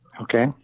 Okay